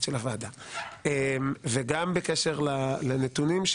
של הוועדה וגם בקשר לנתונים,